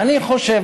ואני חושב,